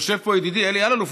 יושב פה ידידי אלי אלאלוף,